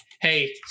hey